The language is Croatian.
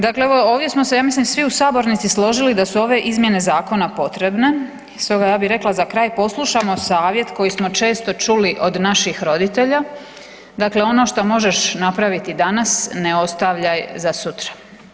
Dakle, ovdje smo se ja mislim svi u sabornici složili da su ove izmjene zakona potrebne, stoga ja bi rekla za kraj, poslušajmo savjet koji smo često čuli od naših roditelja, dakle ono što možeš napraviti danas, ne ostavljaj za sutra.